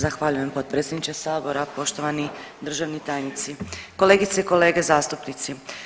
Zahvaljujem potpredsjedniče Sabora, poštovani državni tajnici, kolegice i kolege zastupnici.